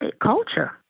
culture